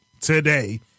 today